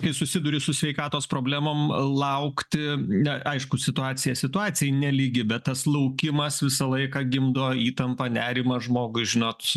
kai susiduri su sveikatos problemom laukti ne aišku situacija situacijai nelygi bet tas laukimas visą laiką gimdo įtampą nerimą žmogui žinot